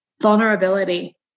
vulnerability